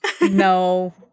no